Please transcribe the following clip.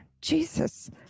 Jesus